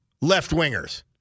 left-wingers